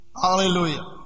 Hallelujah